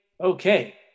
okay